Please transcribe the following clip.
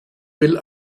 will